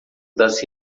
das